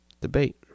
Debate